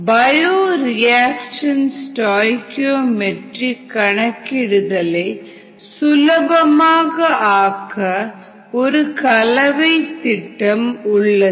bioreaction stoichiometry கணக்கிடுதலை சுலபமாக ஆக்க ஒரு கலவை திட்டம் உள்ளது